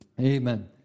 Amen